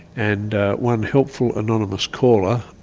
and one helpful anonymous caller.